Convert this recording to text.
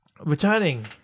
returning